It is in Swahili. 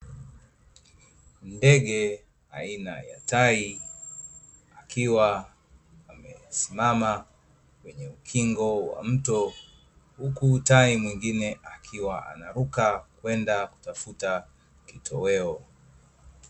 Ndege aina ya tai akiwa amesimama kwenye ukingo wa mto uku tai mwingine akiwa anaruka kweda kutafuta kitoweo.